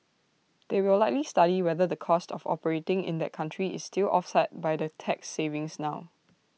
they will likely study whether the cost of operating in that country is still offset by the tax savings now